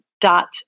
dot